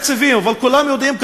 כל הדרישות היום של היישובים הערביים,